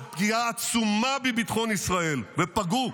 -- שפוגעות פגיעה עצומה בביטחון ישראל, ופגעו.